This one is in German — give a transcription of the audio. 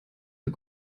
der